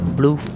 Blue